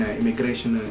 Immigration